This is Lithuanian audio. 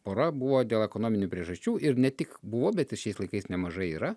pora buvo dėl ekonominių priežasčių ir ne tik buvo bet ir šiais laikais nemažai yra